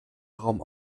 raum